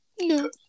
No